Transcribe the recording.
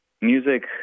music